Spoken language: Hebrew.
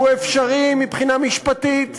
הוא אפשרי מבחינה משפטית,